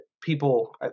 people